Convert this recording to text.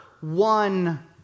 one